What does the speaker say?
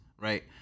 right